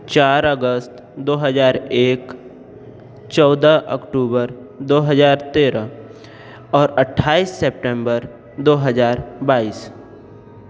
चार अगस्त दो हज़ार एक चौदह अक्टूबर दो हज़ार तेरह और अट्ठाइस सेप्टेमबर दो हज़ार बाईस